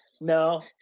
No